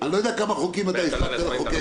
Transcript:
אני לא יודע כמה חוקים הספקת לחוקק